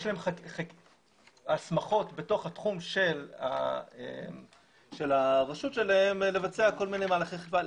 יש להם הסמכות בתוך התחום של הרשות שלהם לבצע כל מיני מהלכי אכיפה,